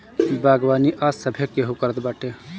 बागवानी आज सभे केहू करत बाटे